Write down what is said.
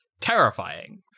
terrifying